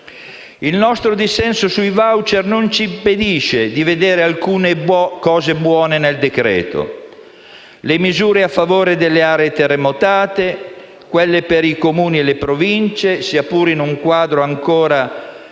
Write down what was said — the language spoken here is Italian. Il nostro dissenso sui *voucher* non ci impedisce di vedere alcune cose buone nel decreto-legge in esame: le misure a favore delle aree terremotate, quelle per Comuni e Provincie, sia pure in un quadro ancora precario ed